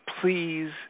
Please